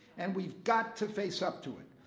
and we've got to face up to it.